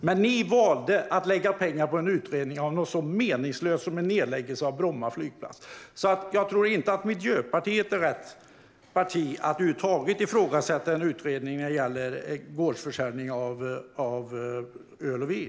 Men ni valde att lägga pengarna på en utredning av något så meningslöst som en nedläggning av Bromma flygplats. Jag tror inte att Miljöpartiet är rätt parti att över huvud taget ifrågasätta en utredning när det gäller gårdsförsäljning av öl och vin.